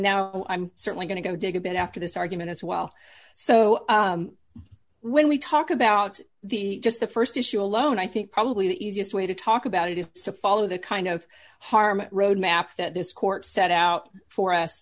now i'm certainly going to go dig a bit after this argument as well so when we talk about the just the st issue alone i think probably the easiest way to talk about it is safad of the kind of harm roadmap that this court set out for us